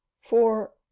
For